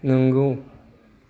नोंगौ